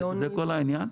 זה כל העניין?